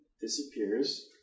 Disappears